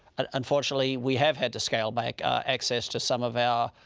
ah unfortunately, we have had to scale back access to some of our